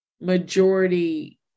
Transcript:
majority